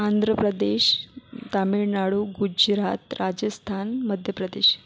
Andhra Pradesh Tamil Nadu Gujarat Rajasthan Madhya Pradesh